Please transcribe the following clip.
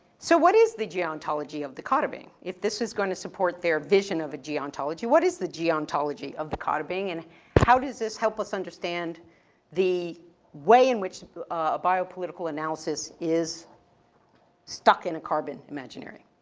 so, what is the geontology of the karrabing? if this is gonna support their vision of a geontology, what is the geontology of the karrabing, and how does this help us understand the way in which ah bio political analysis is stuck in a karrabing imaginary?